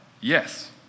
Yes